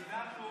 הגדלנו.